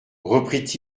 reprit